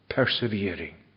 Persevering